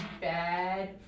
bad